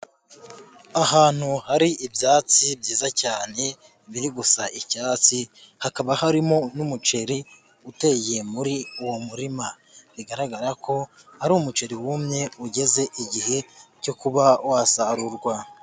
Ahantu hari ibyatsi byiza cyane biri gusa icyatsi, hakaba harimo n'umuceri uteye muri uwo murima, bigaragara ko ari umuceri wumye ugeze igihe cyo kuba wasarurwa.